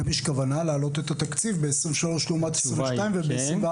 האם יש כוונה להעלות את התקציב ב-2023 לעומת 2022 וב-2024